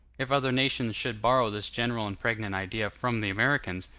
if other nations should borrow this general and pregnant idea from the americans,